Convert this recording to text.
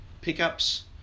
pickups